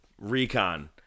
Recon